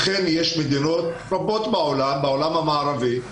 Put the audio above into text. יש מדינות רבות בעולם המערבי,